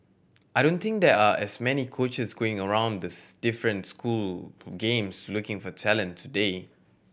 I don't think there are as many coaches going around the different school games looking for talent today